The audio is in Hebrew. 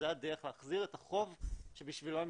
זו הדרך להחזיר את החוב שבשבילו הן